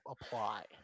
apply